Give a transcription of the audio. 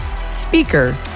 speaker